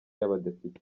y’abadepite